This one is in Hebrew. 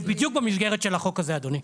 זה בדיוק במסגרת של החוק הזה, אדוני.